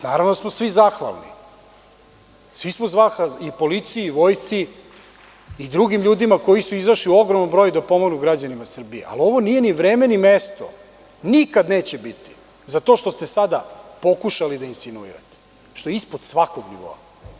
Naravno da smo svi zahvalni i policiji i vojsci i drugim ljudima koji su izašli u ogromnom broju da pomognu građanima Srbije, ali ovo nije ni vreme, ni mesto, nikad neće biti za to što ste sada pokušali da insinuirate, što je ispod svakog nivoa.